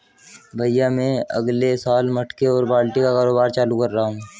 भैया मैं अगले साल मटके और बाल्टी का कारोबार चालू कर रहा हूं